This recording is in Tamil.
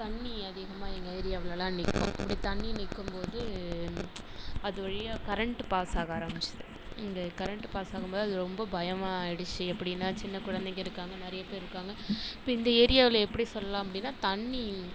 தண்ணி அதிகமாக எங்கள் ஏரியாவிலலாம் நிற்கும் அப்படி தண்ணி நிற்கும்போது அது வழியாக கரண்ட்டு பாஸ் ஆக ஆரம்பித்தது இங்கே கரண்ட்டு பாஸ் ஆகும்போது அது ரொம்ப பயமாக ஆயிடுச்சு எப்படின்னா சின்ன குழந்தைங்கள் இருக்காங்க நிறையபேர் இருக்காங்க இப்போ இந்த ஏரியாவில எப்படி சொல்லலாம் அப்படின்னா தண்ணி